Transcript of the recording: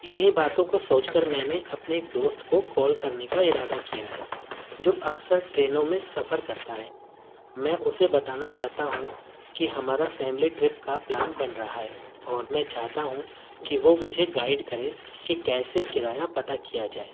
انہیں باتوں کو سوچ کر میں نے اپنے ایک دوست کو کال کرنے کا ارادہ کیا ہے جو اکثر ٹرینوں میں سفر کرتا ہے میں اسے بتانا چاہتا ہوں کہ ہمارا فیملی ٹرپ کا پلان بن رہا ہے اور میں چاہتا ہوں کہ وہ مجھے گائیڈ کرے کہ کیسے کرایہ پتہ کیا جائے